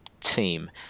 team